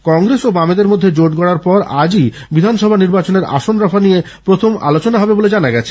কংগ্রেস ও বামেদের মধ্যে জোট গড়ার পর আজই বিধানসভা নির্বাচনের আসন রফা নিয়ে প্রথম আলোচনা হবে বলে জানা গেছে